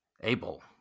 Abel